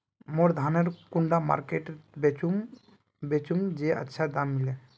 मोर धानेर कुंडा मार्केट त बेचुम बेचुम जे अच्छा दाम मिले?